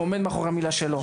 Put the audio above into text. הוא עומד מאחורי המילה שלו.